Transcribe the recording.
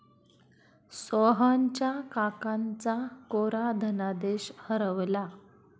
सोहनच्या काकांचा कोरा धनादेश हरवला